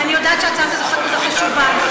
אני יודעת שההצעה הזאת חשובה לך,